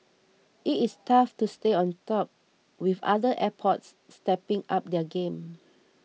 it it tough to stay on top with other airports stepping up their game